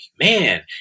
man